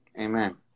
Amen